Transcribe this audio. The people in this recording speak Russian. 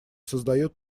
создает